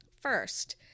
first